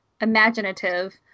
imaginative